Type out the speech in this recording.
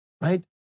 right